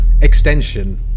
extension